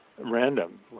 random